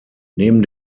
neben